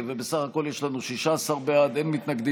בוסו, טייב,